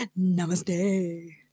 Namaste